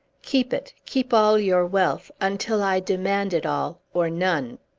keep it keep all your wealth until i demand it all, or none!